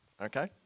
Okay